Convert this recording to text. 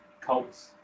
Colts